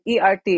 ERT